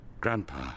grandpa